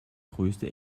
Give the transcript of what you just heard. größte